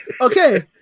okay